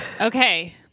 Okay